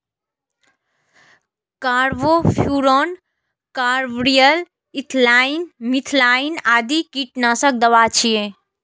carbofuran, carbaryl, ethylene, methylene आदि कीटनाशक दवा छियै